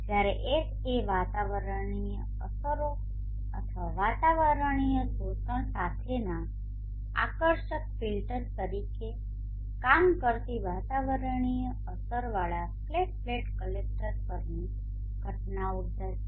જ્યારે Ha એ વાતાવરણીય અસરો અથવા વાતાવરણીય શોષણ સાથેના આકર્ષક ફિલ્ટર તરીકે કામ કરતી વાતાવરણીય અસરવાળા ફ્લેટ પ્લેટ કલેક્ટર પરની ઘટના ઉર્જા છે